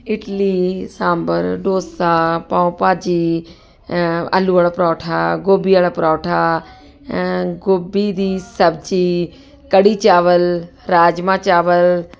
ਇਡਲੀ ਸਾਂਭਰ ਡੋਸਾ ਪਾਓ ਭਾਜੀ ਆਲੂ ਵਾਲਾ ਪਰੌਂਠਾ ਗੋਬੀ ਵਾਲਾ ਪਰੌਂਠਾ ਗੋਭੀ ਦੀ ਸਬਜ਼ੀ ਕੜੀ ਚਾਵਲ ਰਾਜਮਾ ਚਾਵਲ